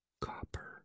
copper